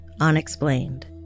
unexplained